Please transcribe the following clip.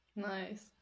Nice